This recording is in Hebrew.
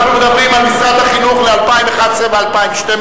אנחנו מדברים על משרד החינוך ל-2011 ול-2012,